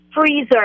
freezer